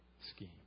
scheme